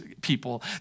people